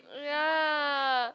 ya